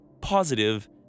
Positive